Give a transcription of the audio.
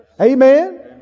Amen